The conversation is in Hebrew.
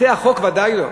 אחרי החוק ודאי לא,